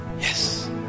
Yes